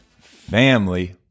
family